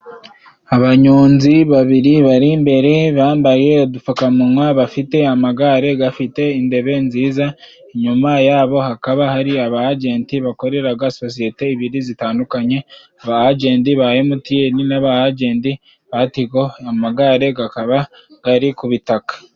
Abanyonzi babiri bari imbere bambaye udupfukamunwa, bafite amagare gafite indebe nziza. Inyuma yabo hakaba hari aba agenti bakoreraga sosiyete ibiri zitandukanye, aba agenti ba emutiyeni n'aba agenti ba tigo. Amagare gakaba gari ku bitaka.